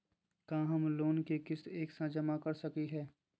का हम लोन के किस्त एक साथ जमा कर सकली हे?